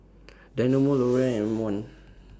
Dynamo L'Oreal and M one